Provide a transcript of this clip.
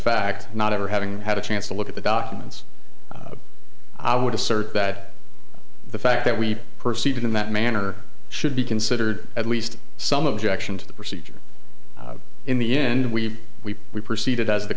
fact not ever having had a chance to look at the documents i would assert that the fact that we proceed in that manner should be considered at least some objection to the procedure in the end we we we proceeded as the